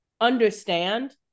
understand